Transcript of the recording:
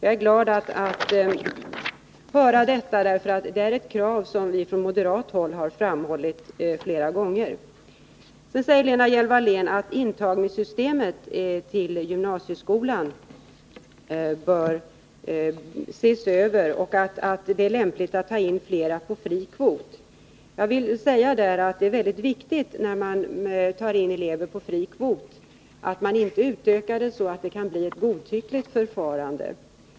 Jag är glad att höra detta, därför att det är ett krav som vi från moderat håll har framfört flera gånger. Sedan säger Lena Hjelm-Wallén att systemet för intagningen av elever till gymnasieskolan bör ses över och att det är lämpligt att ta in fler elever på fri kvot. Jag vill då säga att det är väldigt viktigt att man vid intagning av elever på fri kvot inte utökar systemet så att det kan bli ett godtyckligt förfarande.